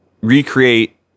recreate